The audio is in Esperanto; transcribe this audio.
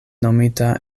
nomita